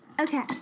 Okay